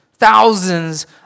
Thousands